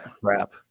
crap